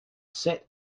set